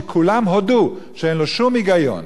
שכולם הודו שאין לו שום היגיון.